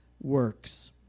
works